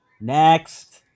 next